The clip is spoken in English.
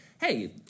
hey